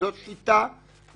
זאת שיטה לחייבים.